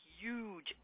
huge